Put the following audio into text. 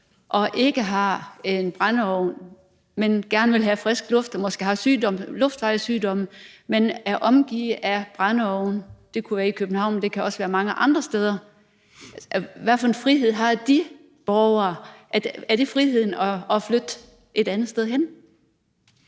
og ikke har en brændeovn, men gerne vil have frisk luft og måske har luftvejssygdomme, og man så er omgivet af brændeovne – det kunne være i København, det kunne også være mange andre steder – så kan man spørge: Hvad for en frihed har de borgere? Er det friheden til at flytte et andet sted hen?